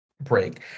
break